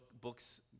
books